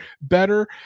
better